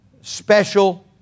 special